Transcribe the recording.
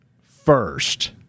first